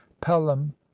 pelham